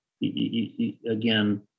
Again